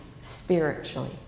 spiritually